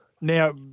Now